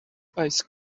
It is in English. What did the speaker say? ice